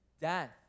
death